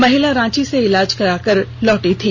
महिला रांची से इलाज कराकर लौटी थी